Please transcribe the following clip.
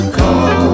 call